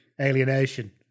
alienation